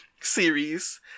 series